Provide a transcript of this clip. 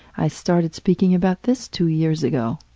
i started speaking about this two years ago.